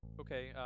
Okay